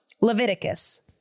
Leviticus